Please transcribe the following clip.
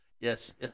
Yes